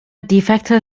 defekte